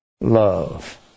love